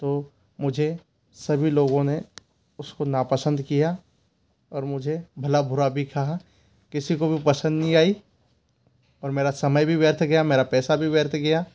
तो मुझे सभी लोगों ने उसको नापसंद किया और मुझे भला बुरा भी कहा किसी को भी पसंद नहीं आई और मेरा समय भी व्यर्थ गया मेरा पैसा भी व्यर्थ गया